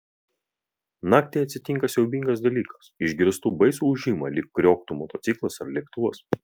naktį atsitinka siaubingas dalykas išgirstu baisų ūžimą lyg krioktų motociklas ar lėktuvas